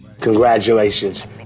Congratulations